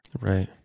Right